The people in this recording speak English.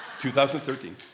2013